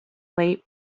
late